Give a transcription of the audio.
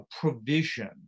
provision